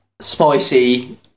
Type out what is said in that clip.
spicy